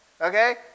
okay